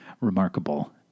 Remarkable